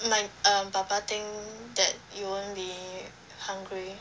my um papa think that you won't be hungry